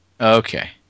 Okay